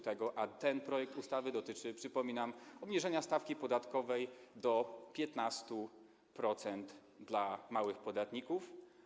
Ten projekt ustawy dotyczy, przypominam, obniżenia stawki podatkowej do 15% dla małych podatników.